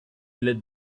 led